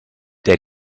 der